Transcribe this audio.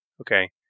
Okay